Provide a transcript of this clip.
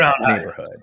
neighborhood